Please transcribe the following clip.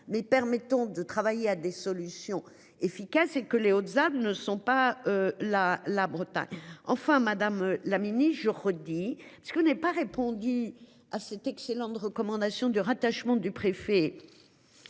Mais permettant de travailler à des solutions efficaces et que les autres Hautes-Alpes ne sont pas là la Bretagne enfin madame la mini-, je redis ce que n'ait pas, répondit à cet excellent de recommandation du rattachement du préfet.